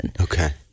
Okay